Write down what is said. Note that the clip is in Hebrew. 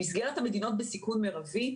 במסגרת המדינות בסיכון מרבי,